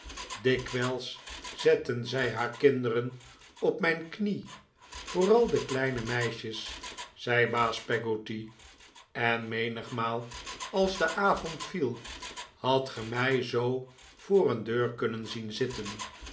dikwijls zetten zij haar kinderen opmijn knie vooral de kleine meisjes zei baas peggotty en menigmaal als de avond viel hadt ge mij zoo voor een deur kunnen zien zitten